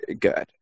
good